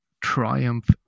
triumph